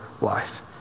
life